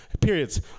periods